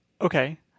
Okay